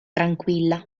tranquilla